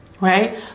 right